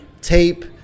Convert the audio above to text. tape